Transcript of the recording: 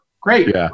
Great